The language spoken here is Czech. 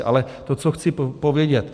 Ale to, co chci povědět.